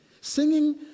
singing